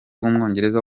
w’umwongereza